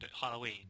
Halloween